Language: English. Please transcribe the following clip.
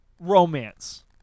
romance